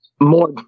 more